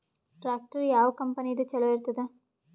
Tractor ಯಾವ ಕಂಪನಿದು ಚಲೋ ಇರತದ?